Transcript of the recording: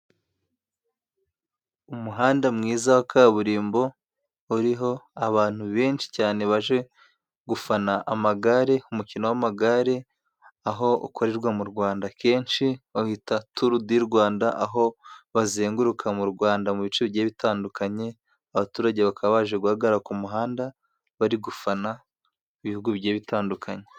Umuhanda mwiza wa kaburimbo uriho abantu benshi cyane baje gufana amagare. Umukino w'amagare aho ukorerwa mu Rwanda akeshi bawita turu di Rwanda, aho bazenguruka mu Rwanda mu bice bigiye bitandukanye, abaturage bakaba baje guhagarara ku muhanda bari gufana ibihugu bigiye bitandukanye.